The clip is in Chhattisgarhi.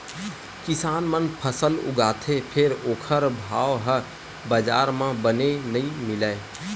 किसान मन फसल उगाथे फेर ओखर भाव ह बजार म बने नइ मिलय